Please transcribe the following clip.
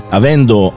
avendo